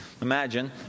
Imagine